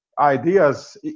ideas